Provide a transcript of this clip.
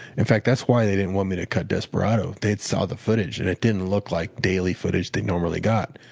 in fact, that's why they didn't want me to cut desperado. they'd seen the footage and it didn't look like daily footage they normally got.